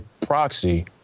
proxy